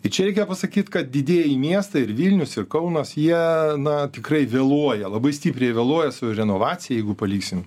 ir čia reikia pasakyt kad didieji miestai ir vilnius ir kaunas jie na tikrai vėluoja labai stipriai vėluoja su renovacija jeigu paliksim